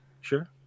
sure